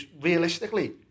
realistically